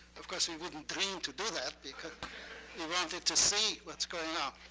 of course, we wouldn't dream to do that, because we wanted to see what's going on.